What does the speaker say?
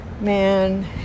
man